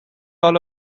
all